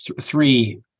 three